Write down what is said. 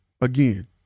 Again